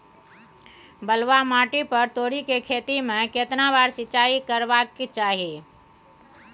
बलुआ माटी पर तोरी के खेती में केतना बार सिंचाई करबा के चाही?